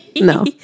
No